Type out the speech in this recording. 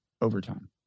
overtime